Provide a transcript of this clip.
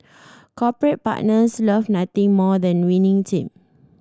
corporate partners love nothing more than a winning team